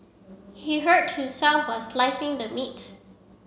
he hurt himself while slicing the meat